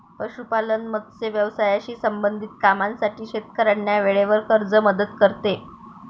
पशुपालन, मत्स्य व्यवसायाशी संबंधित कामांसाठी शेतकऱ्यांना वेळेवर कर्ज मदत करते